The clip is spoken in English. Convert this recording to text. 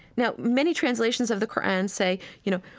now many translations of the qur'an say, you know,